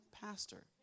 pastor